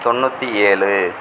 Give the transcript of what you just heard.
தொண்ணூற்றி ஏழு